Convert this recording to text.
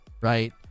right